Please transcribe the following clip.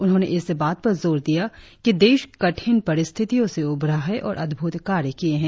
उन्होंने इस बात पर जोर दिया कि देश कठिन परिस्थितियों से उबरा है और अद्भुत कार्य किये है